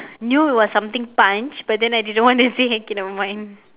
knew it was something punch but then I didn't want to say okay nevermind